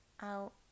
out